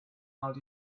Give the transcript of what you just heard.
out